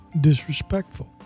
disrespectful